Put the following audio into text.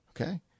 okay